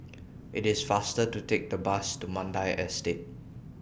IT IS faster to Take The Bus to Mandai Estate